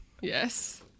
Yes